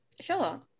Sure